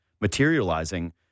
materializing